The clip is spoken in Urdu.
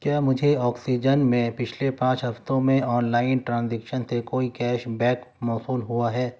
کیا مجھے آکسیجن میں پچھلے پانچ ہفتوں میں آن لائن ٹرانزیکشن سے کوئی کیش بیک موصول ہوا ہے